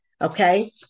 Okay